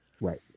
Right